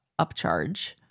upcharge